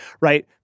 right